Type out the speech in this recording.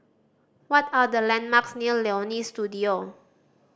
what are the landmarks near Leonie Studio